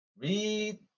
Read